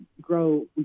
grow